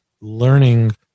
learning